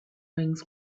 rings